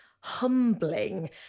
humbling